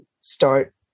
start